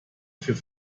für